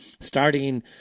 starting